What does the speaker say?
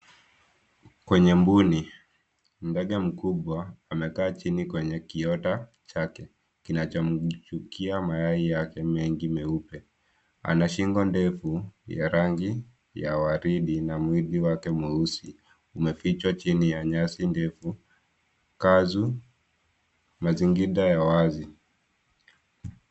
Kwenye mbuni, ndege mkubwa amekaa chini kwenye kiota chake kinachochungia mayai yake mengi meupe. Ana shingo ndefu ya rangi ya ua ridi na mwili wake mweusi umefichwa chini ya nyasi ndefu kazu mazingira ya wazi.